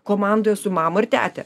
komandojesu mama ir tete